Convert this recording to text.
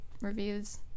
reviews